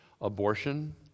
abortion